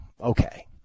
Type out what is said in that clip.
okay